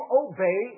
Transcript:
obey